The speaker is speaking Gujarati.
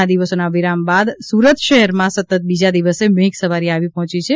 ઘણા દિવસોના વિરામ બાદ સુરત શહેરમાં સતત બીજા દિવસે મેઘસવારી આવી પહોંચી છે